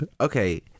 Okay